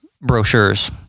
brochures